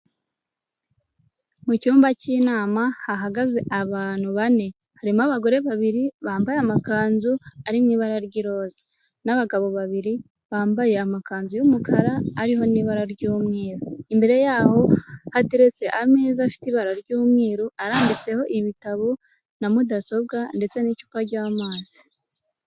Mu cyumba cy'inama hahagaze abantu bane harimo: Abagore babiri bambaye amakanzu, ari mu ibara ry'iroze, n'abagabo babiri bambaye amakanzu y'umukara, ariho n'ibara ry'umweru, imbere yaho hateretse ameza afite ibara ry'umweru, arambitseho ibitabo na mudasobwa, ndetse n'icupa ry'amazi.